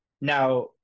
Now